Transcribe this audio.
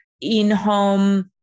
in-home